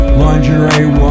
lingerie